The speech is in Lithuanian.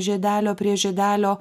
žiedelio prie žiedelio